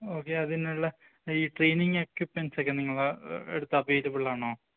okay അതിനുള്ള ഈ cleaning എക്യുപ്മെൻസൊക്കെ നിങ്ങളുടെ അടുത്ത് അവൈലബിളാണോ